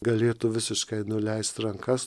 galėtų visiškai nuleist rankas